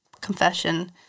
Confession